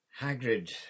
Hagrid